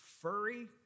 furry